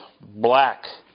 black